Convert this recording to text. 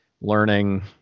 learning